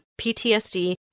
PTSD